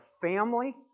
family